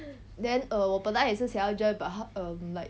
then err 我本来也是想要 join but 他 um like